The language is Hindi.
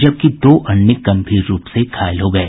जबकि दो अन्य गंभीर रूप से घायल हो गये